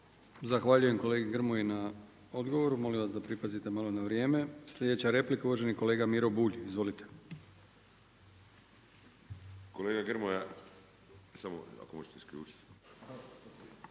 Zahvaljujem kolegi Grmoji na odgovoru. Molim vas da pripazite malo na vrijeme. Sljedeća replika uvaženi kolega Miro Bulj. Izvolite. **Bulj, Miro (MOST)** Kolega Grmoja, zaista